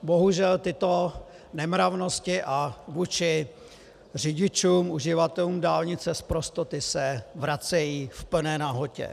Bohužel, tyto nemravnosti vůči řidičům, uživatelům dálnice, sprostoty, se vracejí v plné nahotě.